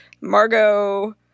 Margot